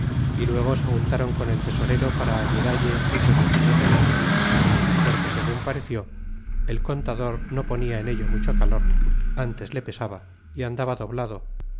y luego se juntron con el tesorero para ayudalle muchos vecinos de méxico porque segun pareció el contador no ponla en ello mucho calor ntes le pesaba y andaba doblado